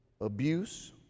Abuse